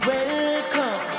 Welcome